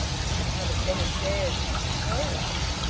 you could have as many shares as you chose.